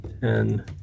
ten